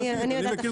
אני מכיר את התוכנות.